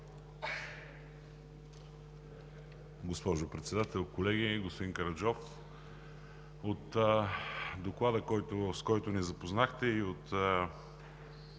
Госпожо Председател, колеги! Господин Караджов, от Доклада, с който ни запознахте, и от